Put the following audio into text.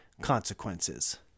consequences